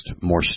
more